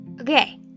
okay